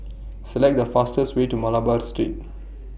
Select The fastest Way to Malabar Street